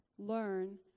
Learn